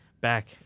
back